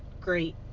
great